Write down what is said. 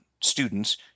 students